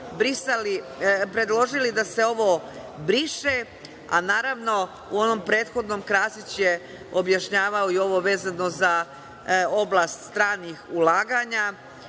predložili da se ovo briše, a naravno, u onom prethodnom, Krasić je objašnjavao i ovo vezano za oblast stranih ulaganja.